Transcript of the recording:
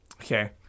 Okay